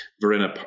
Verena